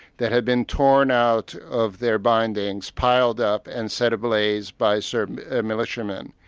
that had been torn out of their bindings, piled up and set ablaze by serb militiamen,